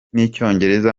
n’icyongereza